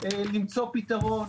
למצוא פתרון.